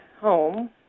home